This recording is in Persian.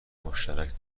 مشترک